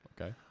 Okay